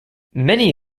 many